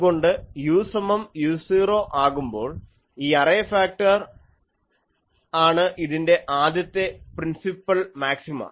അതുകൊണ്ട് u സമം u0 ആകുമ്പോൾ ഈ അറേ ഫാക്ടർ ആണ് ഇതിൻറെ ആദ്യത്തെ പ്രിൻസിപ്പൽ മാക്സിമ